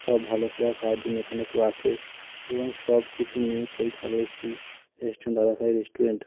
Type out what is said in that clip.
সব ভালো খাবার খাওয়ার জন্য এখানে খুব আসে এবং সব কিছু নিয়ে খুবই ভালো একটি রেস্টুরেন্ট দাদাভাই রেস্টুরেন্ট